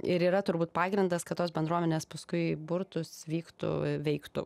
ir yra turbūt pagrindas kad tos bendruomenės paskui burtus vyktų veiktų